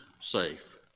safe